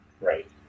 Right